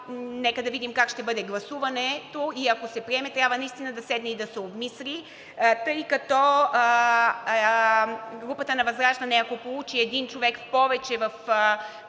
нека да видим как ще бъде гласуването и ако се приеме, трябва наистина да се седне и да се обмисли, тъй като групата на ВЪЗРАЖДАНЕ, ако получи един човек повече в